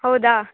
ಹೌದಾ